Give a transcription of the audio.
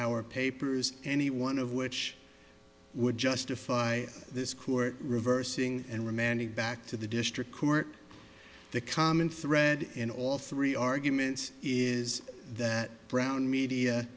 our papers any one of which would justify this court reversing and remand it back to the district court the common thread in all three arguments is that brown media